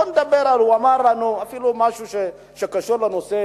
בואו נדבר, הוא אמר לנו אפילו משהו שקשור לנושא